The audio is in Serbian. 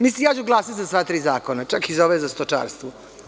Mislim, ja ću glasati za sva tri zakona, čak i za ovaj o stočarstvu.